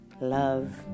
love